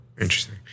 Interesting